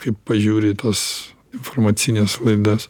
kai pažiūri į tuos informacines laidas